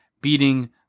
beating